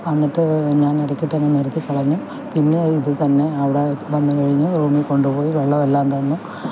അന്നിട്ട് ഞാനെടയ്ക്കിട്ടങ്ങ് നിറുത്തി കളഞ്ഞു പിന്നെ ഇത് തന്നെ അവിടെ വന്ന് കഴിഞ്ഞ് റൂമിൽ കൊണ്ടുപോയി വെള്ളവെല്ലാം തന്ന്